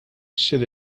should